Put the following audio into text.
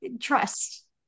trust